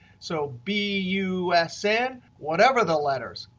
so b u s n whatever the letters,